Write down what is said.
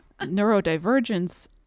neurodivergence